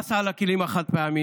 מס על הכלים החד-פעמיים,